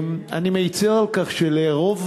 אני מצר על כך שלרוב